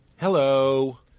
Hello